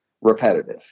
repetitive